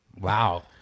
Wow